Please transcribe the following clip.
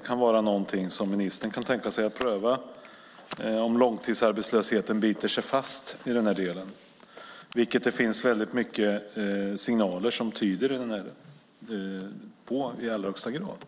Kan det vara någonting som ministern kan tänka sig att pröva om långtidsarbetslösheten biter sig fast? Det finns många signaler som tyder på att den gör det i allra högsta grad.